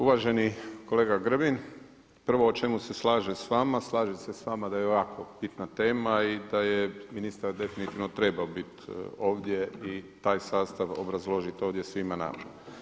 Uvaženi kolega Grbin, prvo u čemu se slažem s vama, slažem se s vama da je ovako bitna tema i da je ministar definitivno trebao biti ovdje i taj sastav obrazložiti ovdje svima nama.